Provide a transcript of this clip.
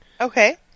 Okay